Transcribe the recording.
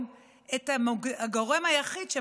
את הגורם היחיד שמגביל את כוחה.